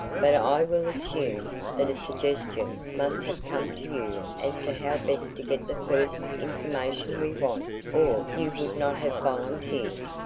but i will assume that a suggestion must have come to you as to how best to get the first information we want or you would not have volunteered.